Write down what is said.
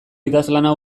idazlana